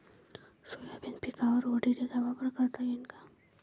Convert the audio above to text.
Soybean पिकावर ODT चा वापर करता येईन का?